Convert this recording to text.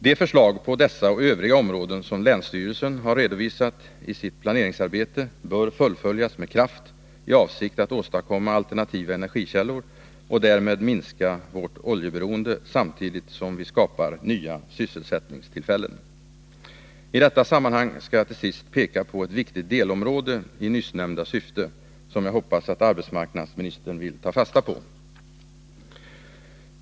De förslag på dessa och övriga områden som länsstyrelsen har redovisat i sitt planeringsarbete bör fullföljas med kraft i avsikt att åstadkomma alternativa energikällor och därmed minska vårt oljeberoende samtidigt som vi skapar nya sysselsättningstillfällen. I detta sammanhang skall jag till sist i nyssnämnda syfte peka på ett viktigt delområde, som jag hoppas att arbetsmarknadsministern vill ta fasta på.